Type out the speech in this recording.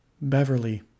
Beverly